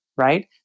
right